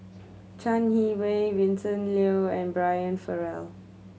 Chai Yee Wei Vincent Leow and Brian Farrell